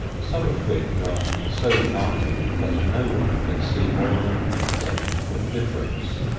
some of which are so fine that no one can see more than a technical difference.